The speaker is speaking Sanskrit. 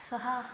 सः